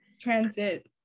transit